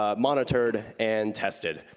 ah monitored, and tested.